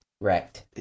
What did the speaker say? Right